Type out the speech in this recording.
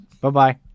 Bye-bye